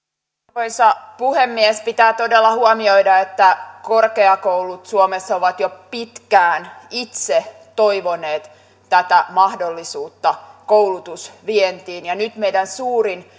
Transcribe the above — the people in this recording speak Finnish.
arvoisa puhemies pitää todella huomioida että korkeakoulut suomessa ovat jo pitkään itse toivoneet tätä mahdollisuutta koulutusvientiin ja nyt meidän suurin